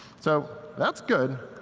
so that's good,